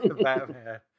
Batman